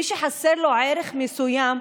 מי שחסר לו ערך מסוים,